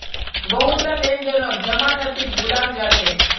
बहुतला लेन देनत जमानतीक बुलाल जा छेक